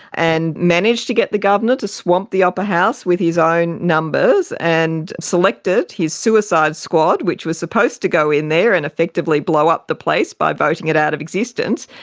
and managed to get the governor to swamp the upper house with his own numbers and selected his suicide squad, which was supposed to go in there and effectively blow up the place by voting it out of existence,